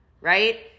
right